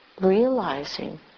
realizing